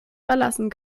verlassen